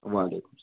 وعلیکُم سلا